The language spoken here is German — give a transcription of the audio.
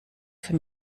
für